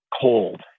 cold